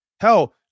Hell